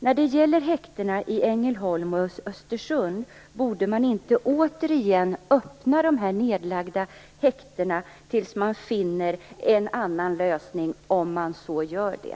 När det gäller häktena i Ängelholm och Östersund: Borde man inte återigen öppna dessa nedlagda häkten tills man finner annan lösning, om man nu gör det?